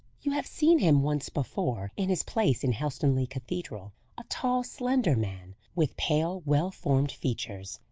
you have seen him once before, in his place in helstonleigh cathedral a tall, slender man, with pale, well-formed features,